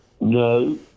No